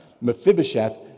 Mephibosheth